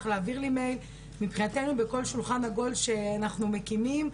להעביר לי מייל מסודר ומבחינתנו בכל שולחן עגול שאנחנו מקימים,